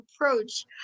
approach